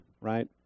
right